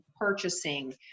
purchasing